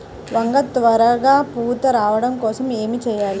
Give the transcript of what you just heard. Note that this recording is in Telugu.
వంగ త్వరగా పూత రావడం కోసం ఏమి చెయ్యాలి?